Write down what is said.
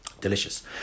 Delicious